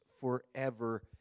forever